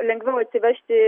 lengviau atsivežti